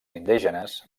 indígenes